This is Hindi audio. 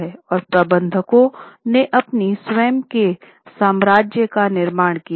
और प्रबंधकों ने अपने स्वयं के साम्राज्य का निर्माण किया था